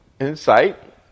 insight